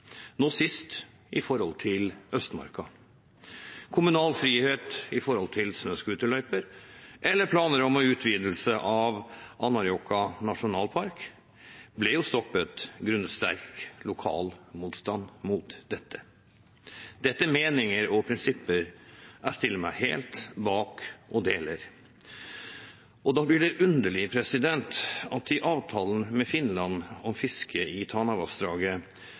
nå sist i forbindelse med Østmarka, kommunal frihet i spørsmålet om snøscooterløyper eller planer om utvidelse av Anárjohka nasjonalpark, som ble stoppet grunnet sterk lokal motstand mot dette. Dette er meninger og prinsipper jeg stiller meg helt bak og deler. Da blir det underlig at i avtalen med Finland om fisket i Tanavassdraget